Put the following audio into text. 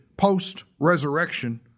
post-resurrection